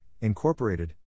Incorporated